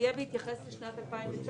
תהיה בהתייחס לשנת 2019,